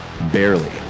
Barely